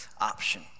option